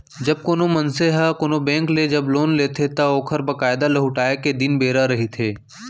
जब कोनो मनसे ह कोनो बेंक ले जब लोन लेथे त ओखर बकायदा लहुटाय के दिन बेरा रहिथे